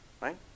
right